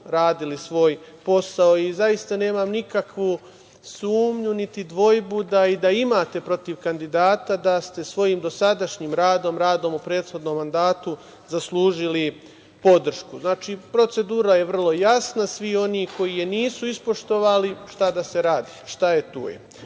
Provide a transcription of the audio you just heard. radili svoj posao i zaista nemam nikakvu sumnju niti dvojbu i da imate protiv kandidata da ste svojim dosadašnjim radom, radom u prethodnom mandatu zaslužili podršku. Znači, procedura je vrlo jasna. Svi oni koji je nisu ispoštovali, šta da se radi, šta je tu je.